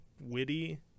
witty